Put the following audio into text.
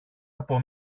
από